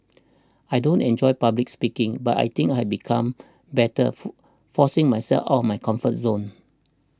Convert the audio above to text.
I don't enjoy public speaking but I think I've become better forcing myself out of my comfort zone